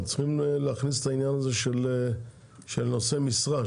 צריכים להכניס את העניין הזה של נושא משרה.